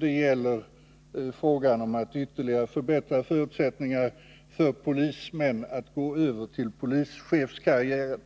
Det gäller frågan om att ytterligare förbättra förutsättningarna för polismän att gå över till polischefskarriär.